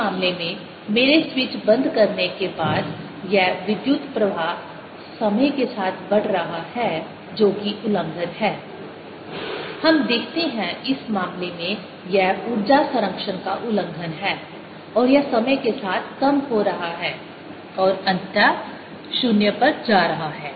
इस मामले में मेरे स्विच बंद करने के बाद यह विद्युत प्रवाह समय के साथ बढ़ रहा है जो कि उल्लंघन है हम देखते हैं इस मामले में यह ऊर्जा संरक्षण का उल्लंघन है और यह समय के साथ कम हो रहा है और अंततः शून्य पर जा रहा है